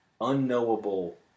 unknowable